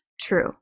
true